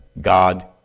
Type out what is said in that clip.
God